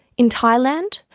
in thailand,